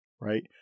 right